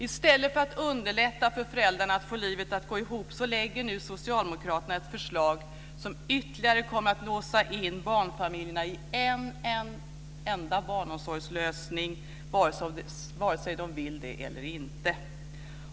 I stället för att underlätta för föräldrarna att få livet att gå ihop lägger nu Socialdemokraterna ett förslag som ytterligare kommer att låsa in barnfamiljerna i en enda barnomsorgslösning vare sig de vill det eller inte.